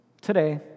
Today